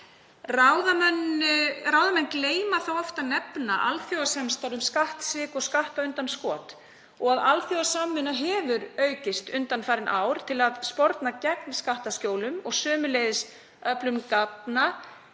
Ráðamenn gleyma oft að nefna alþjóðasamstarf um skattsvik og skattundanskot. Alþjóðasamvinna hefur aukist undanfarin ár til að sporna gegn skattaskjólum og sömuleiðis öflun gagna